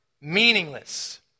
meaningless